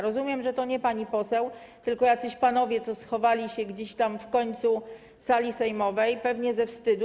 Rozumiem, że to nie pani poseł, tylko jacyś panowie, którzy schowali się gdzieś tam w końcu sali sejmowej, pewnie ze wstydu.